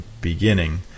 beginning